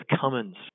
Cummins